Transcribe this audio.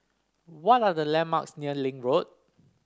what are the landmarks near Link Road